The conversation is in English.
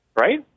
right